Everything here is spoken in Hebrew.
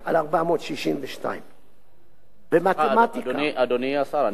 462. אדוני השר,